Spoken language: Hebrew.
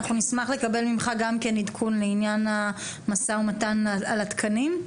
אנחנו נשמח לקבל ממך גם כן עדכון לעניין המשא ומתן על התקנים.